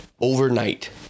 overnight